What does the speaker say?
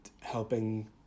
helping